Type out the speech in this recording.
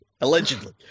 Allegedly